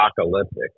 apocalyptic